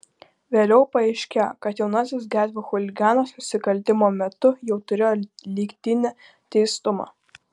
vėliau paaiškėjo kad jaunasis gatvių chuliganas nusikaltimo metu jau turėjo lygtinį teistumą